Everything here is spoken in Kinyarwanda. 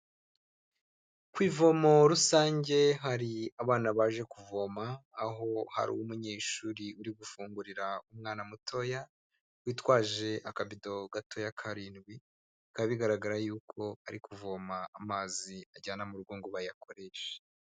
Ku ivomo rusange hari abana baje kuvoma. Aho hari umunyeshuri uri gufungurira umwana mutoya witwaje akabido gatoya karindwi, bikaba bigaragara y'uko ari kuvoma amazi ajyana mu rugo ngo bayakoreshe.